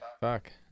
Fuck